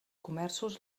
comerços